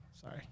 Sorry